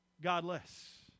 godless